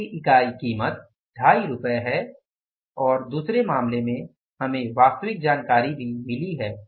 प्रति इकाई कीमत 25 है और दूसरे मामले में हमें वास्तविक जानकारी भी मिली है